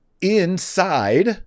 inside